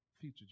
Future